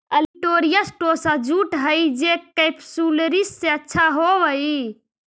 olitorius टोसा jute हई जे केपसुलरिस से अच्छा होवऽ हई